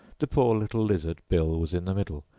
the poor little lizard, bill, was in the middle,